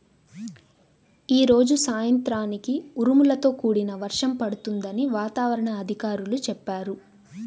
యీ రోజు సాయంత్రానికి ఉరుములతో కూడిన వర్షం పడుతుందని వాతావరణ అధికారులు చెప్పారు